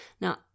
Now